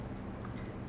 mm mm